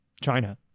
China